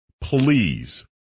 please